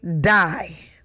die